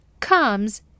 comes